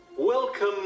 Welcome